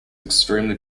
extremely